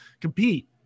compete